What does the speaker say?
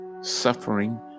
suffering